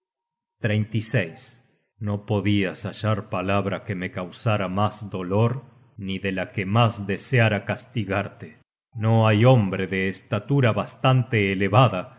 un niño no podias hallar palabra que me causara mas dolor ni de la que mas deseara castigarte no hay hombre de estatura bastante elevada